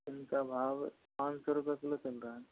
इनका भाव पाँच सौ रुपये किलो चल रहा है